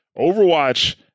Overwatch